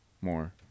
More